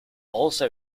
also